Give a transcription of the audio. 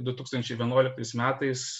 du tūkstančiai vienuoliktais metais